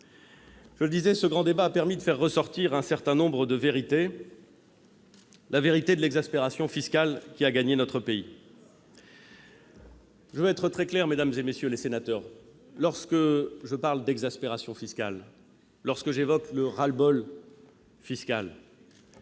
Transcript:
Je le disais, ce grand débat a permis de faire ressortir un certain nombre de vérités. Je pense notamment à l'exaspération fiscale qui a gagné notre pays. Je serai très clair, mesdames, messieurs les sénateurs, lorsque je parle d'exaspération fiscale ou de ras-le-bol fiscal,